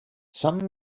some